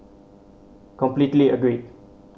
completely agreed